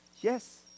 Yes